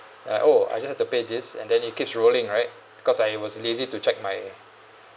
ya oh I just have to pay this and then it keeps rolling right because I was lazy to check my